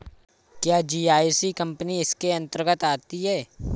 क्या GIC company इसके अन्तर्गत आती है?